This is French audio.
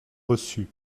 reçu